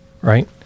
right